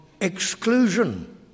exclusion